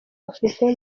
afrifame